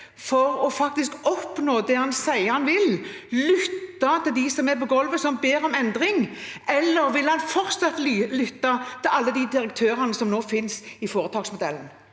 å oppnå det han sier han vil – å lytte til dem som er på gulvet, som ber om endring? Eller vil han fortsatt lytte til alle de direktørene som nå finnes i foretaksmodellen?